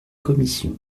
commissions